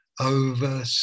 over